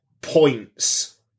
points